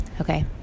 Okay